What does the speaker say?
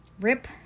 Rip